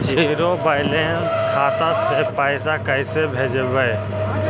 Zero balance खाता से पैसा कैसे भेजबइ?